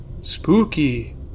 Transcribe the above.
Spooky